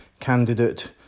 candidate